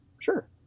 sure